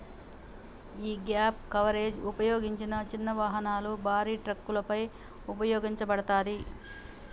యీ gap coverage ఉపయోగించిన చిన్న వాహనాలు, భారీ ట్రక్కులపై ఉపయోగించబడతాది